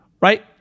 Right